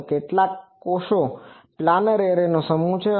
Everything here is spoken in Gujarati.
તો તે કેટલાક કોષોનો પ્લાનર એરેArrayસમૂહ છે